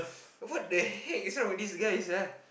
what the heck is wrong with this guy sia